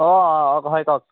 অঁ অঁ অঁ হয় কওক